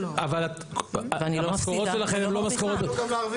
אני לא מפסידה ולא מרוויחה.